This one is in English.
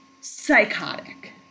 psychotic